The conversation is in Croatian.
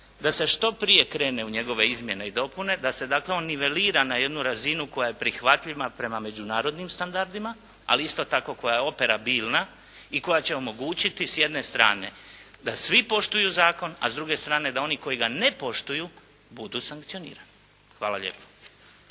da se što prije krene u njegove izmjene i dopune, da se dakle on nivelira na jednu razinu koja je prihvatljiva prema međunarodnim standardima, ali isto tako koja je operabilna i koja će omogućiti s jedne strane da svi poštuju zakon, a s druge strane da oni koji ga ne poštuju budu sankcionirani. Hvala lijepo.